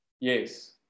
yes